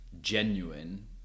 genuine